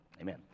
Amen